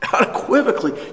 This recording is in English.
Unequivocally